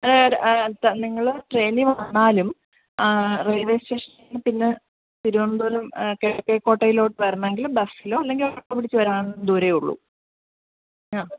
നിങ്ങൾ ട്രെയിനിൽ വന്നാലും റെയിൽവേ സ്റ്റേഷനിൽനിന്ന് പിന്നെ തിരുവനന്തപുരം കിഴക്കേക്കോട്ടയിലോട്ട് വരണമെങ്കിൽ ബസ്സിലോ അല്ലെങ്കിൽ ഓട്ടോ പിടിച്ച് വരാവുന്ന ദൂരമേയുള്ളൂ ആ